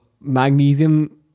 magnesium